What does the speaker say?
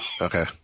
Okay